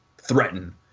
threaten